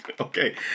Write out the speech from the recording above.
Okay